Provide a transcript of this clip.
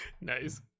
Nice